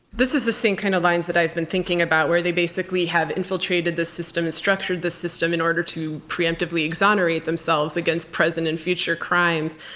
this is the same kind of lines that i've been thinking about, where they basically have infiltrated the system and structured the system in order to preemptively exonerate themselves against present and future crimes.